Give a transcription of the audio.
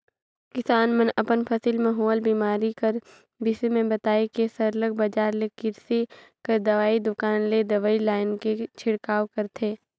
किसान मन अपन फसिल में होवल बेमारी कर बिसे में बताए के सरलग बजार ले किरसी कर दवई दोकान ले दवई लाएन के छिड़काव करथे